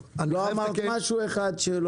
לא אמרת משהו אחד.